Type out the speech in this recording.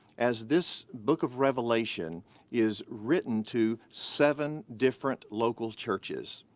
as this book of revelation is written to seven different local churches.